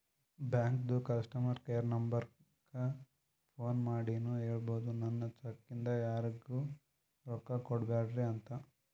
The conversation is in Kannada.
ಬ್ಯಾಂಕದು ಕಸ್ಟಮರ್ ಕೇರ್ ನಂಬರಕ್ಕ ಫೋನ್ ಮಾಡಿನೂ ಹೇಳ್ಬೋದು, ನನ್ ಚೆಕ್ ಇಂದ ಯಾರಿಗೂ ರೊಕ್ಕಾ ಕೊಡ್ಬ್ಯಾಡ್ರಿ ಅಂತ